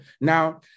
now